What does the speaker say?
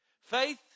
Faith